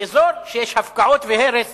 באזור שיש הפקעות והרס